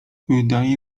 wydaje